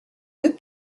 deux